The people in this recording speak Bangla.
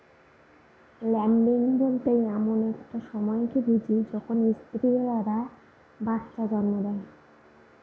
ল্যাম্বিং বলতে এমন একটা সময়কে বুঝি যখন স্ত্রী ভেড়ারা বাচ্চা জন্ম দেয়